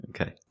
Okay